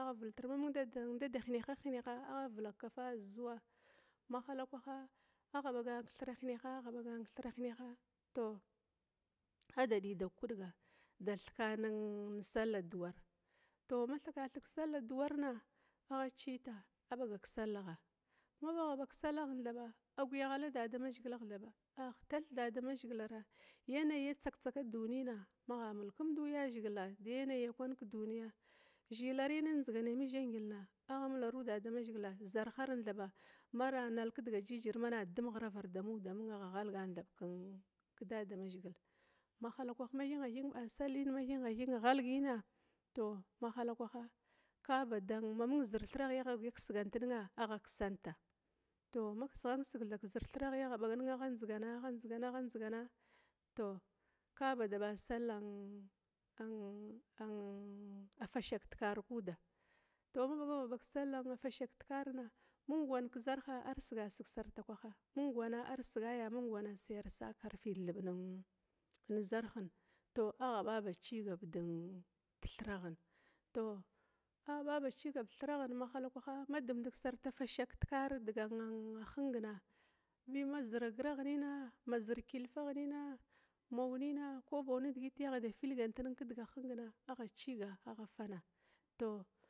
Agha vitir, ma mung dadahinehagha hineha agha vilar kafa zuwa. Mahalakwaha agha bagan kethira hineha, tou, adida kudga, da thikani safta dua, ma thakathig sallah duarna, ada ciyita a baga kesalla, ma bagha bag kesalla aduarna thaba, aguya ghalla dadama zhigilagh takia a tathiyagh damazhigila ma tsaktsaka dunina kwanna zhillarina kwan damazhigila magha mularu damazhigila, zarharin kwana magha multrua mala nar kidiga jijira mana dum bazkai ghiravar damudagha amung agha ghalgan kidamazhigil. Mahalakwah ma thingha thing ghala damazhigilina, tou mahala kwaha kabada mamaung thiraghi agha kisgantnin agha kisant, tou ma kisghantkisig kezir thiraggina agha bagnin agha ndziyana agha ndzigan tou kaba da ba sallah fashak tikara kuda, tou ma bagava bag nan sallah fashak tikarna mung wan kizarharsisig sarta kwaha mung wana arsigaya sai tihala karfi thub nezarhin, tou agha bacigab dethiraghna, tou agha bacigab dethiraghna tihalakwaha ma dumdeg sarta fashak tekara digan hungna bi ma zir agiragh nina ma zir kilfa nina mau nina ko ma bou kidiziti agha da filgant ninga agha ciga agha fana tou